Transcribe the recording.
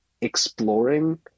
exploring